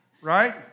right